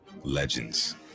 legends